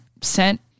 sent